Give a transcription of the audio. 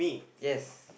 yes